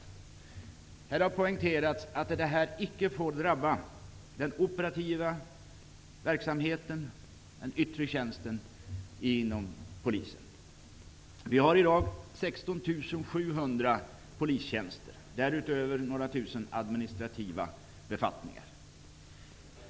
Här har poängterats att det icke får drabba den operativa verksamheten, den yttre tjänsten inom polisen. Vi har i dag 16 700 polistjänster, därutöver några tusen administrativa befattningar.